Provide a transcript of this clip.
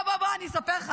בוא, בוא, בוא, אני אספר לך.